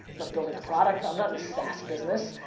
not building a product, i'm not in saas business.